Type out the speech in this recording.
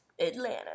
Atlanta